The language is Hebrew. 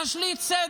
לזה שהיא תשליט סדר,